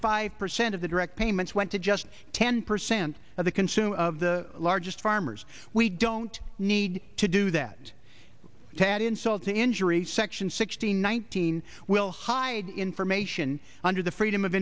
five percent of the direct payments went to just ten percent of the consumer of the largest farmers we don't need to do that to add insult to injury section sixty nine hundred will hide information under the freedom of